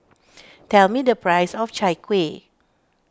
tell me the price of Chai Kueh